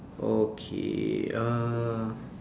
okay uh